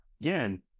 again